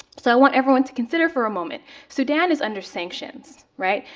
so i want everyone to consider for a moment, sudan is under sanctions, right?